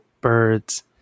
birds